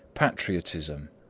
patriotism,